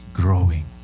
growing